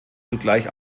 zugleich